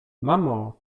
mamo